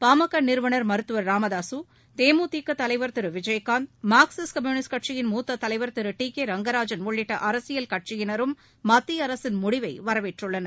பா ம க நிறுவனர் மருத்துவர் ராமதாக தேமுதிகதலைவர் திரு விஜயகாந்த் மார்க்சிஸ்ட் கம்யூனிஸ்ட் கட்சியின் மூத்ததலைவர் திரு டி கே ரங்கராஜன் உள்ளிட்டஅரசியல் கட்சியினரும் மத்தியஅரசின் முடிவைவரவேற்றுள்ளனர்